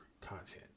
content